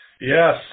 Yes